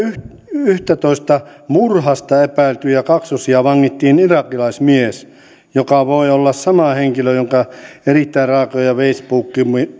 yhdestätoista murhasta epäiltyjä kaksosia vangittiin irakilaismies joka voi olla sama henkilö jonka erittäin raakoja facebook